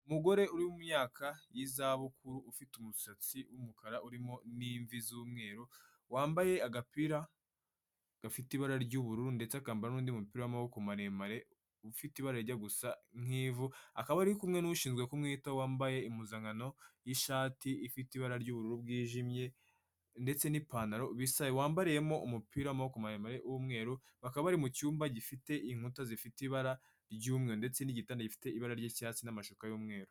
Umugore uri mu myaka y'izabukuru, ufite umusatsi w'umukara urimo n'imvi z'umweru, wambaye agapira gafite ibara ry'ubururu ndetse akambara n'undi mupira w'amaboko maremare ufite ibara rijya gusa nk'ivu, akaba ari kumwe n'ushinzwe kumwitaho wambaye impuzankano y'ishati ifite ibara ry'ubururu bwijimye ndetse n'ipantaro bisa, wambariyemo umupira w'amaboko maremare w'umweru, bakaba bari mu cyumba gifite inkuta zifite ibara ry'umweru ndetse n'igitanda gifite ibara ry'icyatsi n'amashuka y'umweru.